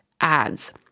ads